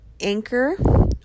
Anchor